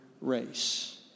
race